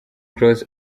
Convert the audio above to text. close